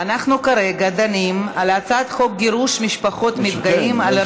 אנחנו כרגע דנים על הצעת חוק גירוש משפחות מפגעים על רקע לאומני.